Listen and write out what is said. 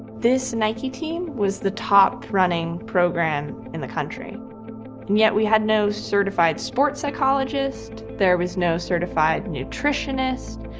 this nike team was the top running program in the country. and yet we had no certified sports psychologist. there was no certified nutritionist.